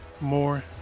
more